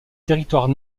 territoires